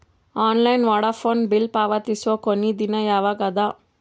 Online Vodafone bill ಪಾವತಿಸುವ ಕೊನಿ ದಿನ ಯವಾಗ ಅದ?